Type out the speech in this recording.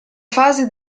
fase